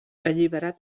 alliberat